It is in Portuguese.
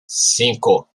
cinco